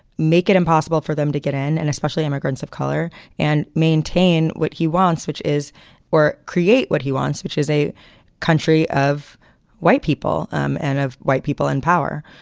make it impossible for them to get in and especially immigrants of color and maintain what he wants, which is or create what he wants, which is a country of white people um and of white people in power.